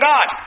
God